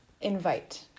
invite